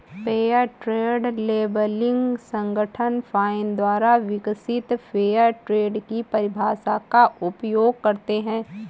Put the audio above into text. fair trade labelling संगठन FINE द्वारा विकसित फेयर ट्रेड की परिभाषा का उपयोग करते हैं